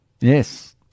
Yes